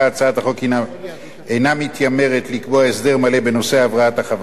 הצעת החוק אינה מתיימרת לקבוע הסדר מלא בנושא הבראת החברות,